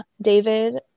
David